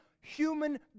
human